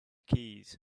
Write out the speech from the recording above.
keys